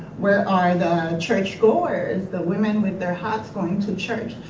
where are the church goers, the women with their hats going to church?